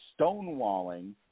stonewalling